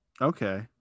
Okay